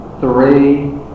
three